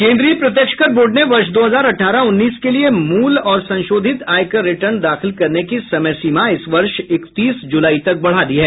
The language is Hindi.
केन्द्रीय प्रत्यक्षकर बोर्ड ने वर्ष दो हजार अठारह उन्नीस के लिए मूल और संशोधित आयकर रिटर्न दाखिल करने की समय सीमा इस वर्ष इकतीस जुलाई तक बढ़ा दी है